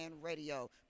Radio